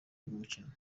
mukino